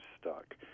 stuck